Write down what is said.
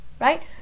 right